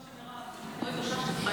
תודה,